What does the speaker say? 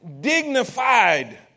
Dignified